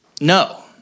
no